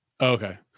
okay